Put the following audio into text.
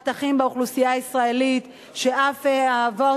מחתכים באוכלוסייה הישראלית שבהם אבות